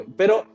pero